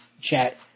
chat